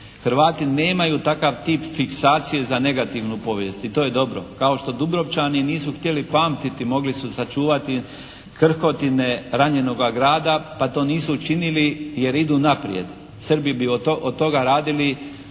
Hrvati nemaju takav tip fiksacije za negativnu povijest i to je dobro kao što Dubrovčani nisu htjeli pamtiti, mogli su sačuvati krhotine ranjenoga grada pa to nisu učinili jer idu naprijed. Srbi bi od toga radili